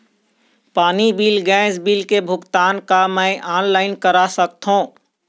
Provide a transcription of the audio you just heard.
पानी bill gas bill के भुगतान का मैं ऑनलाइन करा सकथों?